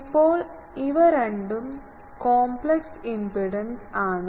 ഇപ്പോൾ ഇവ രണ്ടും കോംപ്ലക്സ് ഇംപെഡൻസ് ആണ്